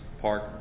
park